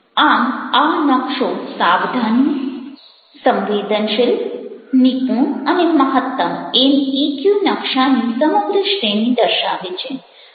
આમ આ નકશો સાવધાની સંવેદનશીલ નિપુણ અને મહત્તમ એમ ઇક્યુ નકશાની સમગ્ર શ્રેણી દર્શાવે છે